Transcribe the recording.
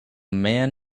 man